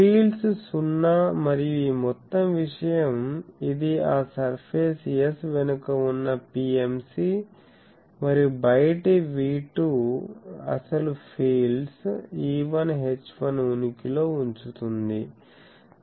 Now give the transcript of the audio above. fields సున్నా మరియు ఈ మొత్తం విషయం ఇది ఆ సర్ఫేస్ S వెనుక ఉన్న PMC మరియు బయటి V2 అసలు ఫీల్డ్స్ E1 H1 ఉనికిలో ఉంచుతుంది